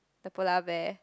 the polar bear